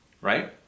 right